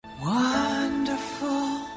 Wonderful